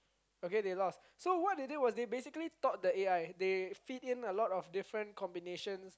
okay they lost so what they did was they basically taught the A_I they feed him a lot of different combinations